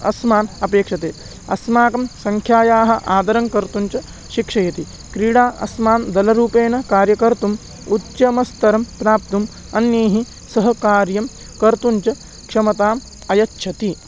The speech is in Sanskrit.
अस्मान् अपेक्षते अस्माकं सङ्ख्यायाः आदरं कर्तुं च शिक्षयति क्रीडा अस्मान् दलरूपेण कार्यं कर्तुम् उत्तमं स्तरं प्राप्तुम् अन्यैः सहकार्यं कर्तुं च क्षमताम् अयच्छति